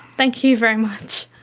thank you very much.